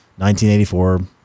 1984